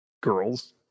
Girls